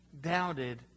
doubted